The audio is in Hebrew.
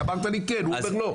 אמרת לי: כן, הוא אומר: לא.